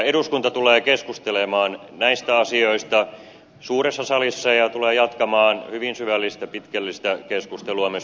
eduskunta tulee keskustelemaan näistä asioista suuressa salissa ja tulee jatkamaan hyvin syvällistä pitkällistä keskustelua myös valiokuntatasolla